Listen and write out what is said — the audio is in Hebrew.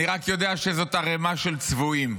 אני רק יודע שזאת ערימה של צבועים.